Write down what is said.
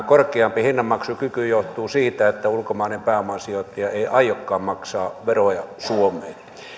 korkeampi hinnanmaksukyky johtuu siitä että ulkomainen pääomasijoittaja ei aiokaan maksaa veroja suomeen